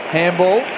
handball